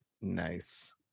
Nice